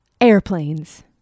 Airplanes